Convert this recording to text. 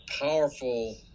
powerful